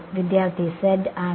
വിദ്യാർത്ഥി z ആണ്